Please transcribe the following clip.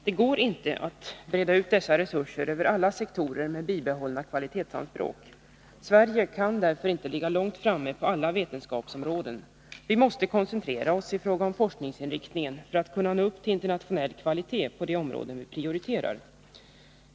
Det går då inte att breda ut dessa resurser över alla sektorer med bibehållna kvalitetsanspråk. Sverige kan därför inte ligga långt fram på alla vetenskapsområden. Vi måste koncentrera oss i fråga om forskningsinriktningen för att kunna nå upp till internationell kvalitet på de områden vi prioriterar.